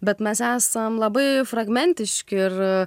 bet mes esam labai fragmentiški ir